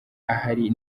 ahari